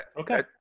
Okay